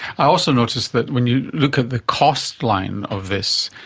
i also noticed that when you look at the cost line of this,